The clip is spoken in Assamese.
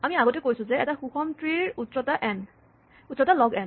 আমি আগতে কৈছো যে এটা সুষম ট্ৰী ৰ উচ্চতা লগ এন